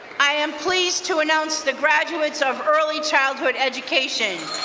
i am pleased to announce the graduates of early childhood education.